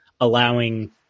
allowing